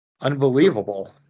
Unbelievable